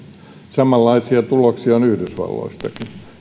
samanlaisia tuloksia on yhdysvalloistakin